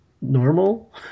normal